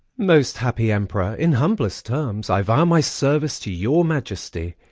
most happy emperor, in humblest terms i vow my service to your majesty,